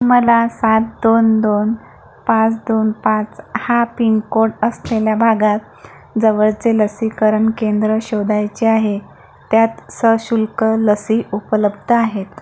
मला सात दोन दोन पाच दोन पाच हा पिनकोड असलेल्या भागात जवळचे लसीकरण केंद्र शोधायचे आहे ज्यात सशुल्क लसी उपलब्ध आहेत